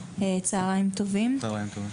צוהריים טובים.